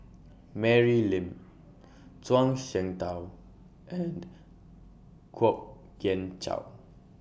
Mary Lim Zhuang Shengtao and Kwok Kian Chow